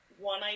one